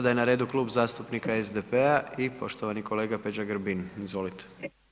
Sada je na redu Klub zastupnika SDP-a i poštovani kolega Peđa Grbin, izvolite.